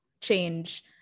change